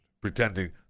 Pretending